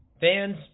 fans